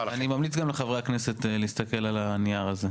אני ממליץ גם לחברי הכנסת להסתכל על הנייר הזה,